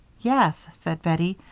yes, said bettie.